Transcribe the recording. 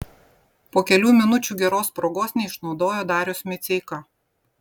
po kelių minučių geros progos neišnaudojo darius miceika